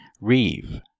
Reeve